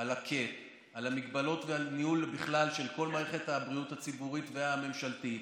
על המגבלות ועל ניהול בכלל של כל מערכת הבריאות הציבורית והממשלתית,